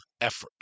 effort